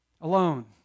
alone